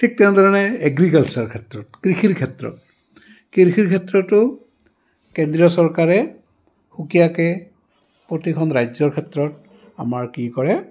ঠিক তেনেধৰণে এগ্ৰিকালচাৰ ক্ষেত্ৰত কৃষিৰ ক্ষেত্ৰত কৃষিৰ ক্ষেত্ৰতো কেন্দ্ৰীয় চৰকাৰে সুকীয়াকৈ প্ৰতিখন ৰাজ্যৰ ক্ষেত্ৰত আমাৰ কি কৰে